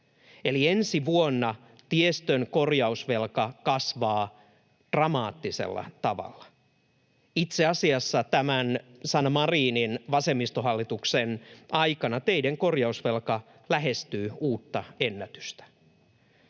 eli ensi vuonna tiestön korjausvelka kasvaa dramaattisella tavalla. Itse asiassa tämän Sanna Marinin vasemmistohallituksen aikana teiden korjausvelka lähestyy uutta ennätystä.